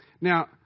now